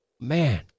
man